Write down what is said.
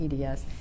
EDS